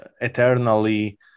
eternally